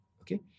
okay